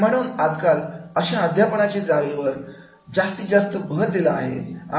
तर म्हणून आज काल अशा अध्यापनाच्या जाळी वर जास्त भर दिला जात आहे